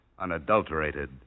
unadulterated